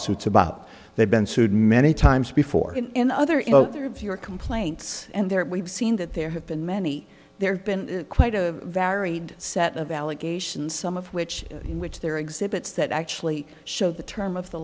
lawsuits about they've been sued many times before in other of your complaints and there we've seen that there have been many there's been quite a varied set of allegations some of which he which they're exhibits that actually show the term of the